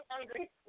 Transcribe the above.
Angry